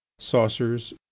saucers